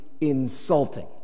insulting